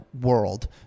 world